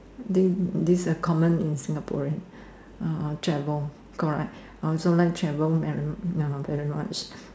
then this are common in Singaporean uh travel correct I also like travel very ya lor very much